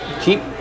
keep